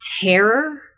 terror